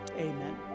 Amen